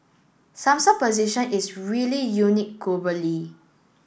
Samsung position is really unique globally